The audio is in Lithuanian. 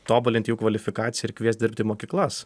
tobulinti jų kvalifikaciją ir kviest dirbti į mokyklas